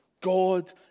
God